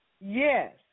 Yes